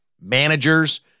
managers